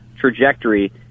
trajectory